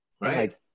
Right